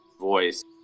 voice